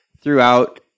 throughout